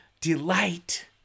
delight